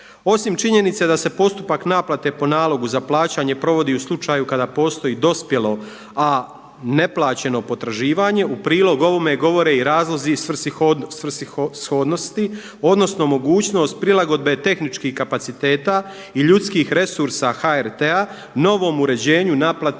Osim činjenice da se postupak naplate po nalogu za plaćanje provodi u slučaju kada postoji dospjelo, a ne plaćeno potraživanje u prilog ovome govore i razlozi svrsishodnosti odnosno mogućnost prilagodbe tehničkih kapaciteta i ljudskih resursa HRT-a novom uređenju naplate